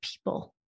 people